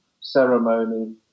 ceremony